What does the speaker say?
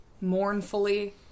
mournfully